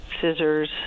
scissors